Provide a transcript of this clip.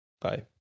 bye